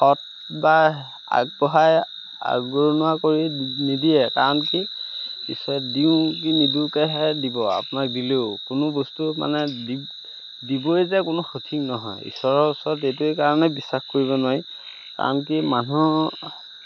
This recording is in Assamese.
সৎ বা আগবঢ়াই আগৰণুৱা কৰি নিদিয়ে কাৰণ কি কিছু দিওঁ কি নিদিওঁকৈহে দিব আপোনাক দিলেও কোনো বস্তু মানে দিবই যে কোনো সঠিক নহয় ঈশ্বৰৰ ওচৰত এইটোৱেই কাৰণে বিশ্বাস কৰিব নোৱাৰি কাৰণ কি মানুহ